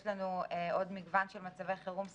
יש לנו עוד מגוון של מצבי חירום ספציפיים,